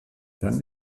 dann